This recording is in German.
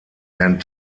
werden